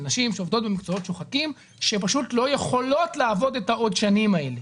נשים שעובדות במקצועות שוחקים שפשוט לא יכולות לעבוד את העוד שנים האלה.